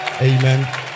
Amen